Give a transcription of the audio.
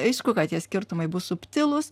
aišku kad tie skirtumai bus subtilūs